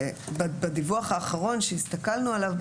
ובדיווח האחרון שהסתכלנו עליו,